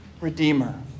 redeemer